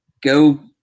Go